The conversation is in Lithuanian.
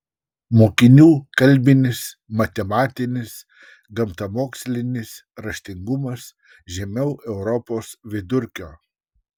mokinių kalbinis matematinis gamtamokslinis raštingumas žemiau europos vidurkio